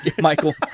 Michael